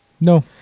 No